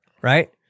Right